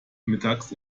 mittags